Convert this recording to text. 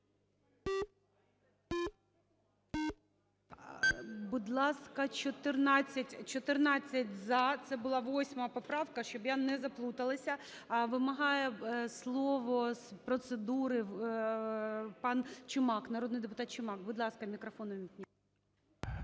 Будь ласка, 14 – за. Це була 8 поправка, щоб я не заплуталася. Вимагає слово з процедури пан Чумак, народний депутат Чумак. Будь ласка, мікрофон увімкніть.